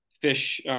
fish